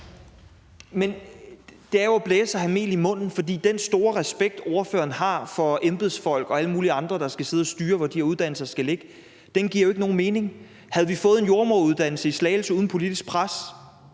Men det er jo at blæse og have mel i munden, for den store respekt, ordføreren har for embedsfolk og alle mulige andre, der skal sidde og styre, hvor de her uddannelser skal ligge, giver jo ikke nogen mening. Havde vi fået en jordemoderuddannelse i Slagelse uden politisk pres?